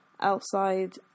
outside